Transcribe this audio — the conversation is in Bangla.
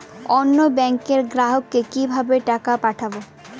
অন্য ব্যাংকের গ্রাহককে কিভাবে টাকা পাঠাবো?